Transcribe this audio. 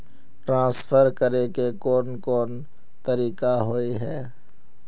Transfer करे के कोन कोन तरीका होय है?